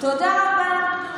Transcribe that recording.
תודה רבה.